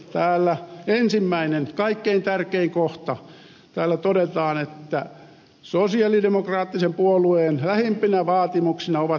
täällä ensimmäisessä kaikkein tärkeimmässä kohdassa todetaan että sosialidemokraattisen puolueen lähimpinä vaatimuksina ovat